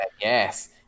Yes